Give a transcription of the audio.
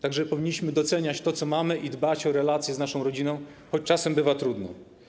Tak że powinniśmy doceniać to, co mamy, i dbać o relacje z naszą rodziną, choć czasem bywa trudno.